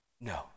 No